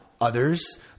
others